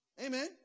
Amen